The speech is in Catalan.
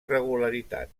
regularitat